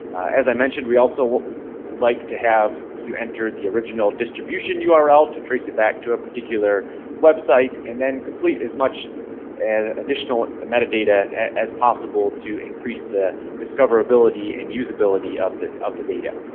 as i mentioned, we also like to have you enter the original distribution ah url to trace it back to a particular website and then complete as much and additional metadata as possible to increase the discoverability and usability of the of the data.